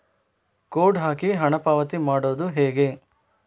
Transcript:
Code ಹಾಕಿ ಹಣ ಪಾವತಿ ಮಾಡೋದು ಹೇಗೆ?